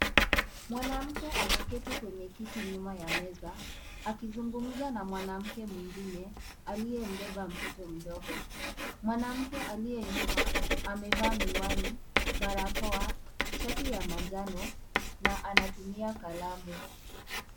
Mwanamke ameketi kwenye kiti nyuma ya meza akizungumza na mwanamke mwengine aliyembeba mtoto mdogo. Mwanamke aliye nyuma amevaa miwani, barakoa, shati ya manjano na anatumia kalamu.